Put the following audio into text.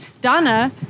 Donna